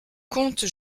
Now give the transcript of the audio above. compte